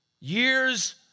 Years